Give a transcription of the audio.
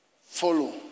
Follow